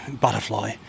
butterfly